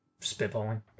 spitballing